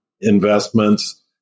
investments